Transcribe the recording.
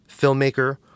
filmmaker